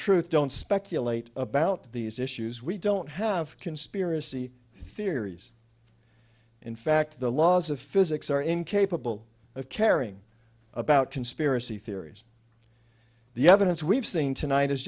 truth don't speculate about these issues we don't have conspiracy theories in fact the laws of physics are incapable of caring about conspiracy theories the evidence we've seen tonight is